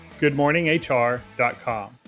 goodmorninghr.com